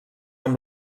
amb